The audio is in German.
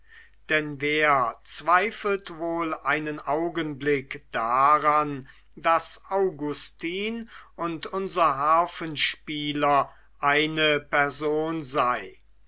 denn wer zweifelt wohl einen augenblick daran daß augustin und unser harfenspieler eine person sei